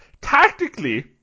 tactically